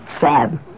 sad